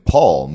Paul